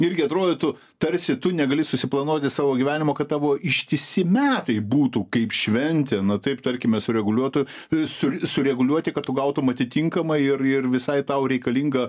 irgi atrodytų tarsi tu negali susiplanuoti savo gyvenimo kad tavo ištisi metai būtų kaip šventė na taip tarkime sureguliuotų sul sureguliuoti kad tu gautum atitinkamai ir ir visai tau reikalingą